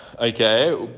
okay